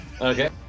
Okay